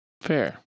Fair